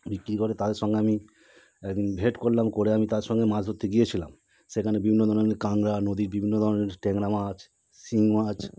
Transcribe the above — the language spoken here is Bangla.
বিক্রি করে তাদের সঙ্গে আমি একদিন ওয়েট করলাম করে আমি তাদের সঙ্গে আমি মাছ ধরতে গিয়েছিলাম সেখানে বিভিন্ন ধরনের আমি কাঁংড়া নদীর বিভিন্ন ধরনের ট্যাংরা মাছ শিঙি মাছ